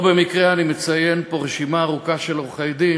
לא במקרה אני מציין פה רשימה ארוכה של עורכי-דין,